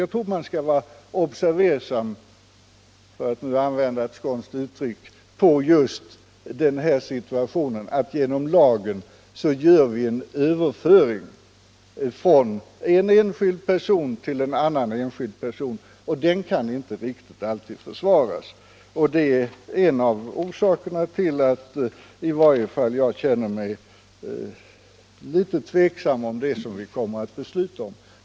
Jag tror att man skall vara observersam, för att använda ett skånskt uttryck, på situationen att vi med stöd av lagen gör överföringar från en enskild person till en annan enskild person som inte riktigt alltid kan försvaras. Det är en av orsakerna till att i varje fall jag känner mig litet tveksam inför det som vi kommer att besluta om.